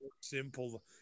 simple